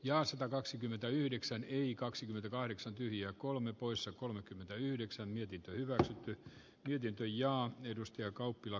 ja satakaksikymmentäyhdeksän yli kaksikymmentäkahdeksan ja kolme poissa kolmekymmentäyhdeksän mietintö hyväksyttiin niiden tämä on edustaja kauppila